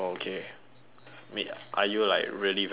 wait are you like really very hungry